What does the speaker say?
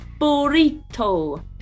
Burrito